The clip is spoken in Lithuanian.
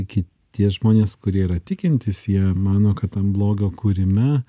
kitie žmonės kurie yra tikintys jie mano kad tam blogio kūrime